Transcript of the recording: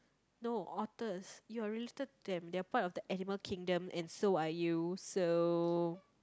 no otters you are related to them they're part of the animal kingdom and so are you so